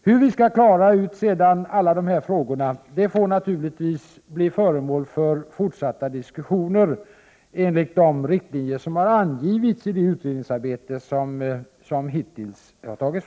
Hur vi sedan skall klara ut alla de här frågorna får naturligtvis bli föremål för fortsatta diskussioner, enligt de riktlinjer som har angivits i det utredningsarbete som hittills har skett.